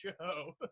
show